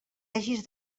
hagis